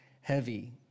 heavy